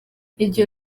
iryo